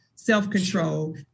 Self-control